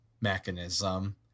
mechanism